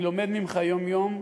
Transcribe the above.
אני לומד ממך יום-יום.